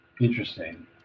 Interesting